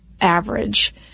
average